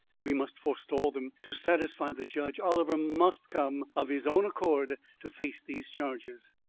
we must forestall them. to satisfy the judge, oliver must come of his own accord to face these charges.